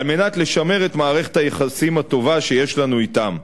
מנת לשמר את מערכת היחסים הטובה שיש לנו אתם.